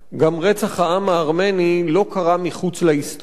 גם רצח העם הארמני לא קרה מחוץ להיסטוריה.